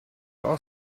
auch